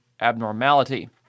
abnormality